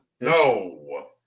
No